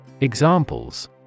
Examples